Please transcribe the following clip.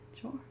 Sure